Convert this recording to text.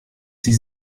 sie